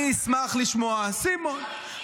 אני אשמח לשמוע, סימון.